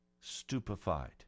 stupefied